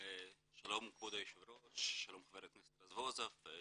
שלום כבוד היושב ראש, חבר הכנסת רזבוזוב.